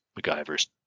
MacGyver's